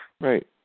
Right